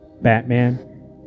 Batman